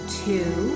two